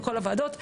וכל הוועדות,